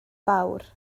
fawr